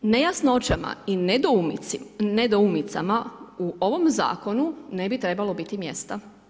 Nejasnoćama i nedoumicama u ovom zakonu ne bi trebalo biti mjesta.